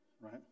Right